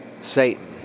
Satan